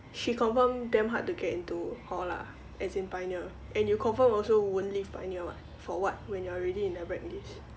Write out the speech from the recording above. she confirm damn hard to get into hall lah as in pioneer and you confirm also won't live pioneer [what] for what when you're already in the grad list